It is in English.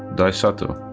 dai sato